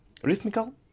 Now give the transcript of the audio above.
Rhythmical